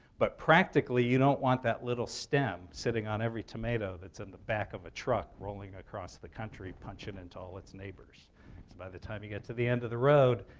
but practically, you don't want that little stem sitting on every tomato that's in the back of a truck, rolling across the country, punching into all its neighbors. so by the time you get to the end of the road,